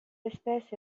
espèce